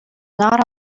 not